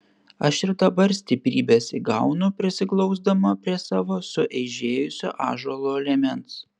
aš ir dabar stiprybės įgaunu prisiglausdama prie savo sueižėjusio ąžuolo liemens